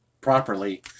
properly